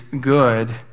good